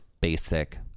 basic